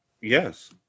Yes